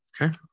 okay